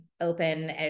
open